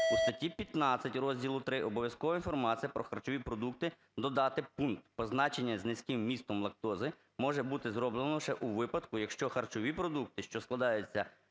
У статті 15 Розділу ІІІ "Обов'язкова інформація про харчові продукти" додати пункт: "Позначення "з низьким вмістом лактози" може бути зроблено лише у випадку, якщо харчові продукти, що складаються